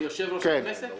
מיושב-ראש הכנסת?